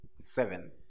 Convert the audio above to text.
seven